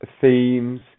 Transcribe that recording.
themes